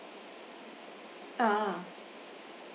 ah